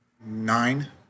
Nine